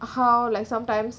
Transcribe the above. how like sometimes